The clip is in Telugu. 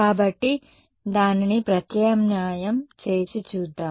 కాబట్టి దానిని ప్రత్యామ్నాయం చేసి చూద్దాం